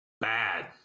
Bad